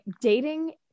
dating